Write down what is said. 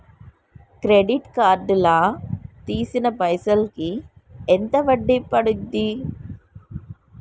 Credit card లా తీసిన పైసల్ కి ఎంత వడ్డీ పండుద్ధి?